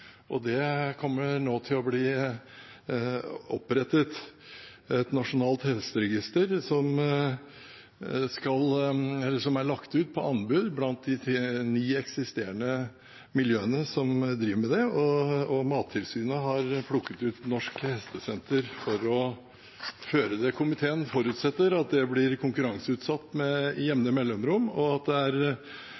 Det kommer nå til å bli opprettet et nasjonalt hesteregister, og det er lagt ut på anbud blant de ni eksisterende miljøene som driver med det. Mattilsynet har plukket ut Norsk Hestesenter for å føre det. Komiteen forutsetter at det blir konkurranseutsatt med